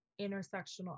intersectional